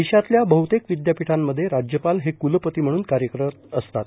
देशातल्या बहुतेक विद्यापीठांमध्ये राज्यपाल हे कूलपती म्हणून कार्यरत असतात